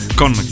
con